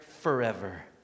forever